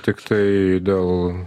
tiktai dėl